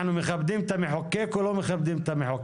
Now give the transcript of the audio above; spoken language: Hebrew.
אנחנו מכבדים את המחוקק או לא מכבדים את המחוקק?